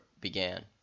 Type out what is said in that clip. began